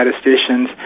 statisticians